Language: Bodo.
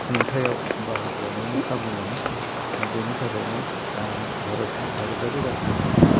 खुंथायाव बाहागो लानायनि खाबु मोनो बेनि थाखायनो आं भारतनि भारतारि राजखान्थि